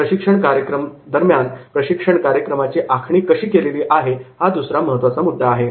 प्रशिक्षण कार्यक्रम दरम्यान प्रशिक्षण कार्यक्रमाची आखणी कशी केलेली आहे हा दुसरा महत्त्वाचा मुद्दा आहे